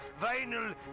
Vinyl